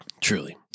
Truly